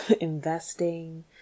investing